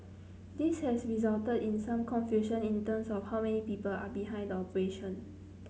this has resulted in some confusion in terms of how many people are behind the operation